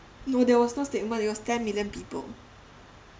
no there was no statement it was ten million people